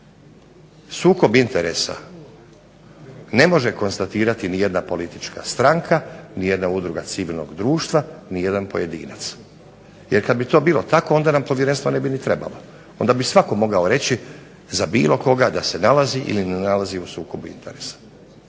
Sukob interesa ne može konstatirati ni jedna politička stranka, ni jedna udruga civilnog društva, nijedan pojedinac, jer kad bi to bilo tako onda nam povjerenstvo ne bi ni trebalo, onda bi svatko mogao reći za bilo koga da se nalazi ili ne nalazi u sukobu interesa.